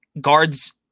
guards